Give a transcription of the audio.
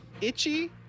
Itchy